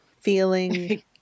feeling